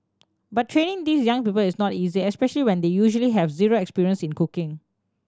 but training these young people is not easy especially when they usually have zero experience in cooking